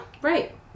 Right